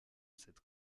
cette